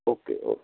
okay okay